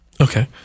Okay